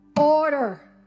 Order